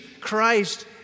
Christ